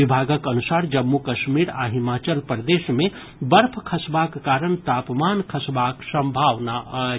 विभागक अनुसार जम्मू कश्मीर आ हिमाचल प्रदेश मे बर्फ खसबाक कारण तापमान खसबाक संभावना अछि